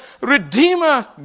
Redeemer